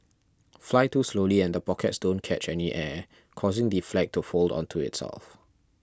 fly too slowly and the pockets don't catch any air causing the flag to fold onto itself